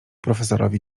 profesorowi